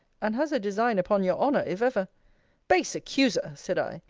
and has a design upon your honour, if ever base accuser! said i,